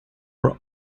were